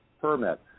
permit